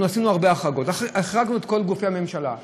אנחנו עשינו הרבה החרגות: החרגנו את כל גופי הממשלה,